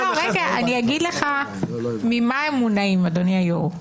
אני אגיד לך ממה הם מונעים, אדוני היו"ר.